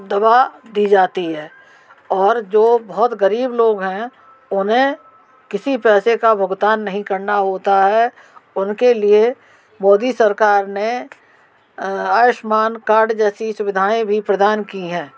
दवा दी जाती है और जो बहुत ग़रीब लोग हैं उन्हें किसी पैसे का भुगतान नहीं करना होता है उनके लिए मोदी सरकार ने आयुष्मान कार्ड जैसी सुविधाऍं भी प्रदान की हैं